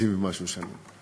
50 ומשהו שנה.